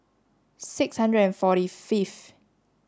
six hundred and forty fifth